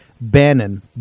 Bannon